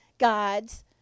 God's